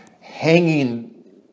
hanging